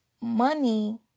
money